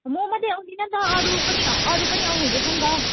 म मात्रै आउँदिनँ नि त अरू पनि अरू पनि आउनुहुँदैछ नि त